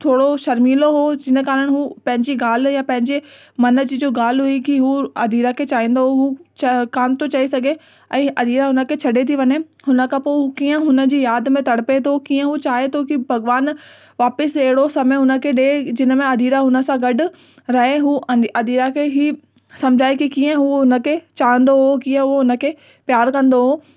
थोरो शर्मिलो हुओ जिन कारण उहो पंहिंजी ॻाल्हि या पंहिंजे मन जी जो ॻाल्हि हुई की उहा अदीरा खे चाहींदो हुओ चाहे कोन थो चई सघे ऐं अदीरा उन खे छॾे थी वञे हुन खां पोइ कीअं हुन जी यादि में तड़िपे थो कीअं उहो चाहे थो की भॻिवानु वापसि अहिड़ो समय हुन खे ॾे जिन में अदीरा हुन सां गॾु रहे उहो हुन अदीरा खे ई सम्झाए की कीअं उहो उन खे चाहींदो हुओ कीअं उहो हुन खे प्यारु कंदो हुओ